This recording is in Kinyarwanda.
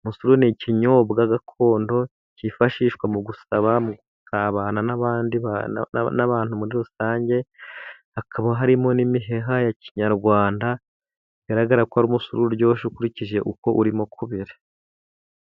Umusururu ni ikinyobwa gakondo kifashishwa mu gusabana n'abandi, n'abantu muri rusange, hakaba harimo n'imiheha ya kinyarwanda. Bigaragara ko ari umusu uryoshye ukurikije uko urimo kubira.